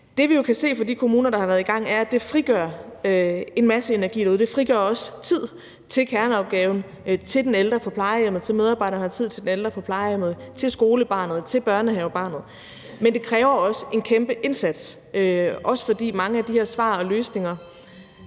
Det, vi jo kan se fra de kommuner, der har været i gang, er, at det frigør en masse energi derude. Det frigør også tid til kerneopgaven, til den ældre på plejehjemmet, til, at medarbejderne har tid til den ældre på plejehjemmet, til skolebarnet, til børnehavebarnet, men det kræver også en kæmpe indsats, også fordi mange af de her løsninger